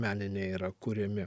meniniai yra kuriami